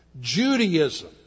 Judaism